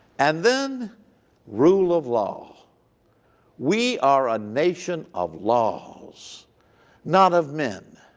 and then rule of law we are a nation of laws not of men.